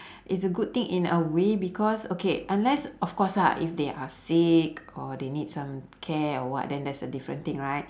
it's a good thing in a way because okay unless of course lah if they are sick or they need some care or what then that's a different thing right